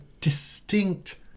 distinct